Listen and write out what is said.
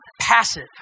passive